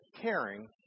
caring